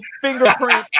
fingerprint